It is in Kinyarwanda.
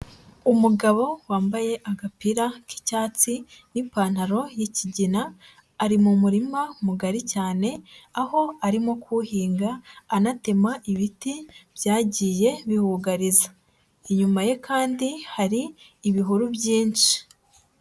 Umugabo wambaye agapira k'icyatsi n'ipantaro y'ikigina ari mu murima mugari cyane, aho arimo kuwuhinga anatema ibiti byagiye biwugariza, inyuma ye kandi hari ibihuru byinshi.